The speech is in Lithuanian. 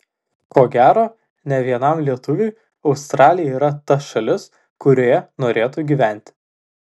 ko gero ne vienam lietuviui australija yra ta šalis kurioje norėtų gyventi